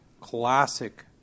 classic